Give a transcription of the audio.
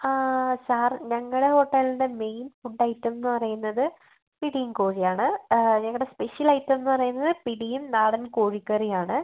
ആ സാർ ഞങ്ങളുടെ ഹോട്ടലിൻ്റെ മെയിൻ ഫുഡ് ഐറ്റംന്ന് പറയുന്നത് പിടിയും കോഴിയും ആണ് ഞങ്ങളുടെ സ്പെഷ്യൽ ഐറ്റംന്ന് പറയുന്നത് പിടിയും നാടൻ കോഴിക്കറിയും ആണ്